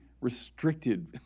restricted